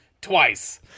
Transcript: twice